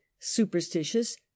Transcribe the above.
superstitious